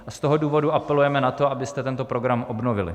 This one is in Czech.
A z toho důvodu apelujeme na to, abyste tento program obnovili.